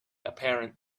apparent